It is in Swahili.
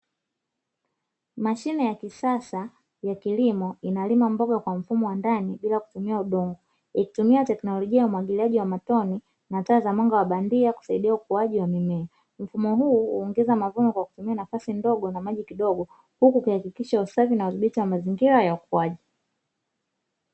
Mashine ya kisasa ya kilimo inalima mboga kwa mfumo wa ndani bila kutumia udongo, ikitumia teknolojia ya umwagiliaji wa matone na taa za mwanga wa bandia kusaidia ukuaji wa mimea. Mfumo huu huongeza mavuno kwa kutumia nafasi ndogo na maji kidogo, huku ukihakikisha usafi na udhibiti wa mazingira ya ukuaji.